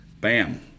Bam